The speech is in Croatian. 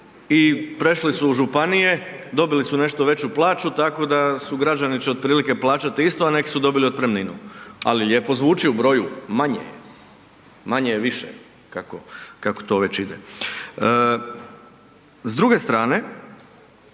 i prešli su u županije, dobili su nešto veću plaću, tako da građani će otprilike plaćati isto a neki su dobili otpremninu, ali lijepo zvuči u broju manje. Manje je više, kako to već ide. S druge strane,